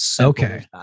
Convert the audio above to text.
Okay